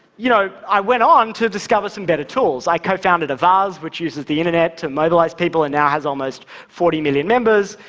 you know i went on to discover some better tools. i cofounded avaaz, which uses the internet to mobilize people and now has almost forty million members,